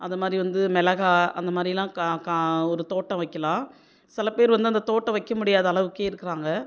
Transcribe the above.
அது மாதிரி வந்து மிளகா அந்த மாதிரிலாம் கா கா ஒரு தோட்டம் வைக்கலாம் சில பேர் வந்து அந்த தோட்டம் வைக்க முடியாத அளவுக்கே இருக்கிறாங்க